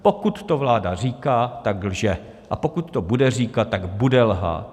Pokud to vláda říká, tak lže, a pokud to bude říkat, tak bude lhát.